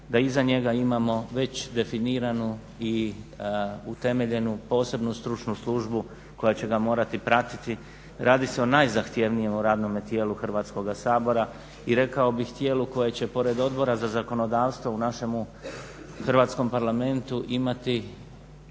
Da iza njega imamo već definiranu i utemeljenu posebnu stručnu službu koja će ga morati pratiti. Radi se o najzahtjevnijem o radnome tijelu Hrvatskoga sabora. I rekao bih tijelu koje će pored Odbora za zakonodavstvo u našemu Hrvatskom parlamentu imati